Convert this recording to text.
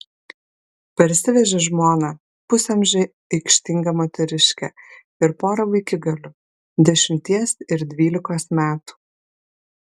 parsivežė žmoną pusamžę aikštingą moteriškę ir porą vaikigalių dešimties ir dvylikos metų